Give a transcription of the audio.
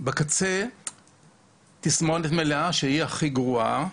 בקצה תסמונת מלאה שהיא הכי גרועה,